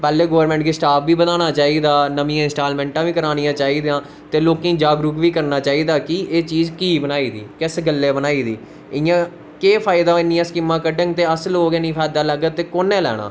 पैह्ले गोर्मेंट गी स्टाफ बी बद्धाना चाहिदा नमियां इंस्टालमेंटां बी करानियां चाहिदियां ते लोकें गी जागरूक बी करना चाहिदा कि एह् चीज की बनाई दी किस गल्ले बनाई दी इ'यां केह् फायदा इन्नियां स्कीमां कड्डन ते अस लोक नीं फायदा लैगे ते कुने लैना